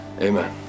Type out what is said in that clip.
Amen